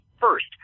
first